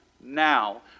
now